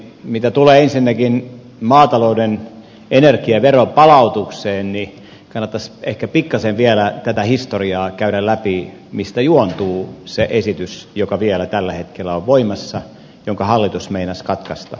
mitä tulee ensinnäkin maatalouden energiaveron palautukseen niin kannattaisi ehkä pikkasen vielä tätä historiaa käydä läpi mistä juontuu se esitys joka vielä tällä hetkellä on voimassa jonka hallitus meinasi katkaista